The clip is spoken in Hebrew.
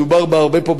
דובר בה הרבה פה,